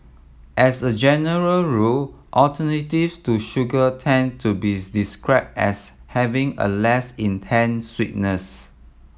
as a general rule alternatives to sugar tend to be described as having a less intense sweetness